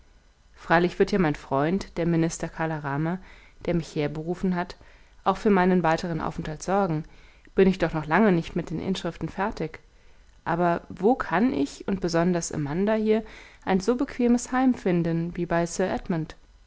freilich wird ja mein freund der minister kala rama der mich herberufen hat auch für meinen weiteren aufenthalt sorgen bin ich doch noch lange nicht mit den inschriften fertig aber wo kann ich und besonders amanda hier ein so bequemes heim finden wie bei sir edmund